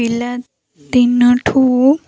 ପିଲାଦିନଠୁ